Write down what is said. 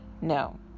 no